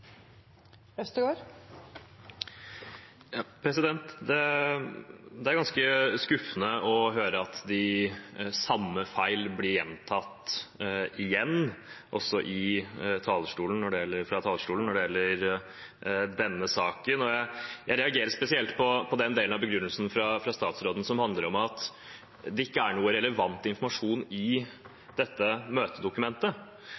ganske skuffende å høre at de samme feilene blir gjentatt, også fra talerstolen, når det gjelder denne saken. Jeg reagerer spesielt på den delen av begrunnelsen fra statsråden som handler om at det ikke er noen relevant informasjon